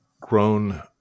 grown